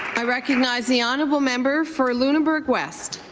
i recognize the honourable member for lunenburg west.